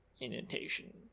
indentation